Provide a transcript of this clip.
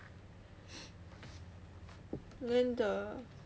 then the